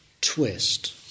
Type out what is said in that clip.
twist